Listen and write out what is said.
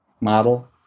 model